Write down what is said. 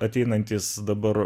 ateinantys dabar